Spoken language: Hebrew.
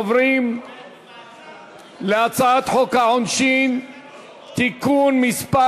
אנחנו עוברים להצעת חוק העונשין (תיקון מס'